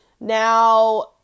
Now